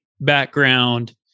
background